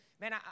Man